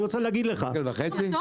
יש לך מטוס?